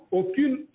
aucune